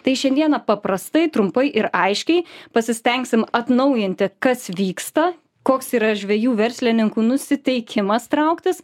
tai šiandieną paprastai trumpai ir aiškiai pasistengsim atnaujinti kas vyksta koks yra žvejų verslininkų nusiteikimas trauktis